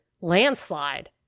landslide